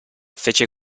fece